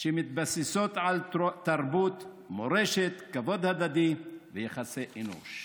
שמתבססות על תרבות, מורשת, כבוד הדדי ויחסי אנוש.